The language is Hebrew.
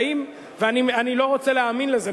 ואני לא רוצה להאמין לזה,